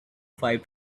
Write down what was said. five